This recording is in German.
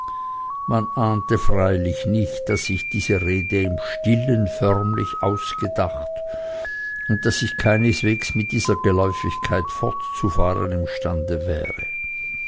man ahnte freilich nicht daß ich die rede im stillen förmlich ausgedacht und daß ich keineswegs mit dieser geläufigkeit fortzufahren imstande wäre